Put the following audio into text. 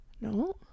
No